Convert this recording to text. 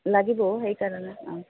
লাগিব সেইকাৰণে অঁ